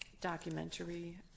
documentary